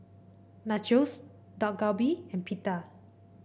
Nachos Dak Galbi and Pita